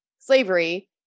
Slavery